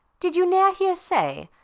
did you ne'er hear say,